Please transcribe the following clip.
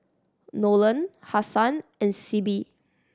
Nolen Hassan and Sibbie